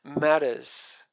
matters